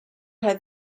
had